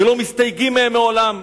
ולא מסתייגים מהם לעולם.